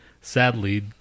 Sadly